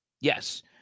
yes